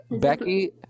Becky